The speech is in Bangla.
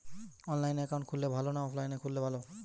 অনলাইনে একাউন্ট খুললে ভালো না অফলাইনে খুললে ভালো?